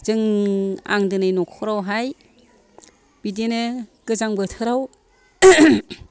जों आं दिनै न'खरावहाय बिदिनो गोजां बोथोराव